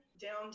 down